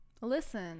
Listen